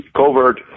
covert